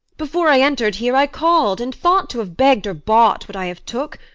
before i enter'd here i call'd, and thought to have begg'd or bought what i have took.